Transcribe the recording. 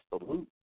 absolute